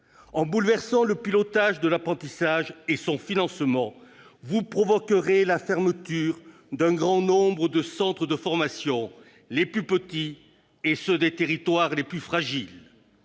En bouleversant le pilotage de l'apprentissage et son financement, vous provoquerez la fermeture d'un grand nombre de centres de formation, les plus petits et ceux des territoires les plus fragiles.